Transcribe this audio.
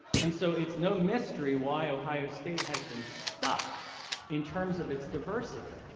and so it's no mystery why ohio state has been stuck in terms of its diversity.